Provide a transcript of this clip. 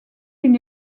une